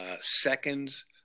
seconds